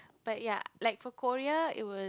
but ya like for Korea it would